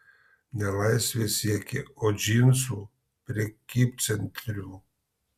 ne laisvės siekė o džinsų prekybcentrių